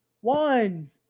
One